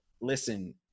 listen